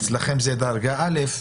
אצלכם הוא בדרגה א',